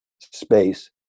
space